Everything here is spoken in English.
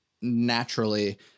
naturally